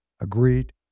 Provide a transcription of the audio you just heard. agreed